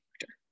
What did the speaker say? character